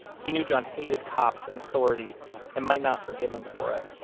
he knew john hated cops and authority and might not forgive him for it,